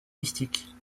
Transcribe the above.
mystiques